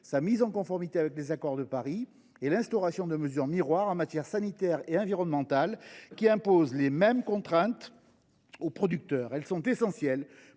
une mise en conformité avec l’accord de Paris ; l’instauration de mesures miroirs en matière sanitaire et environnementale qui imposent les mêmes contraintes aux producteurs. C’est essentiel